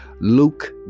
Luke